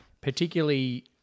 particularly